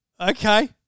Okay